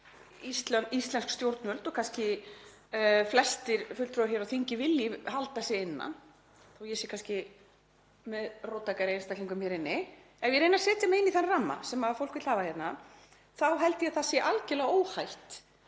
íslensk stjórnvöld og kannski flestir fulltrúar hér á þingi vilji halda sig innan, þó að ég sé kannski með róttækari einstaklingum hér inni, ef ég reyni að setja mig inn í þann ramma sem fólk vill hafa hérna þá held ég að það sé algjörlega óhætt